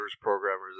programmers